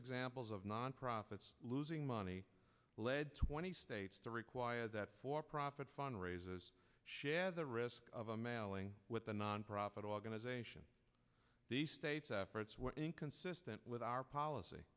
examples nonprofits losing money lead twenty states to require that for profit fund raises the risk of a mailing with the nonprofit organization the state's efforts were inconsistent with our policy